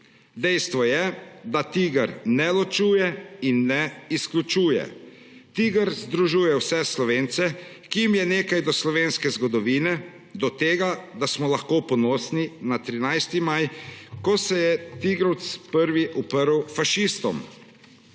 Dejstvo je, da TIGR ne ločuje in ne izključuje. TIGR združuje vse Slovence, ki jim je nekaj do slovenske zgodovine, do tega, da smo lahko ponosni na 13. maj, ko se je tigrovec prvi uprl fašistom.